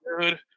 dude